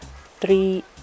three